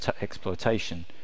exploitation